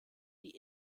die